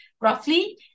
roughly